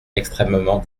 extrêmement